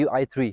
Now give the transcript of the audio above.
i3